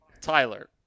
Tyler